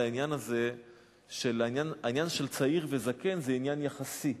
העניין הזה שצעיר וזקן זה עניין יחסי.